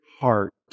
heart